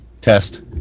test